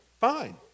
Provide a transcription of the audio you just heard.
fine